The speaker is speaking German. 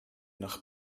nach